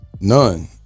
none